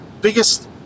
biggest